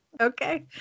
okay